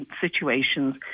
situations